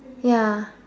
ya